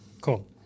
Cool